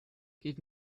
give